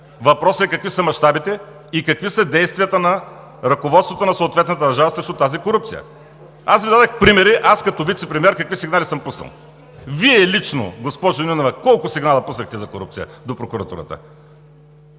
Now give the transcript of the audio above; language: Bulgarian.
Въпросът е какви са мащабите и какви са действията на ръководството на съответната държава срещу тази корупция? Дадох Ви примери като вицепремиер какви сигнали съм пуснал. Вие лично, госпожо Нинова, колко сигнала пуснахте за корупция до Прокуратурата?